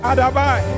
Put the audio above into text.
Adabai